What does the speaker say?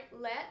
let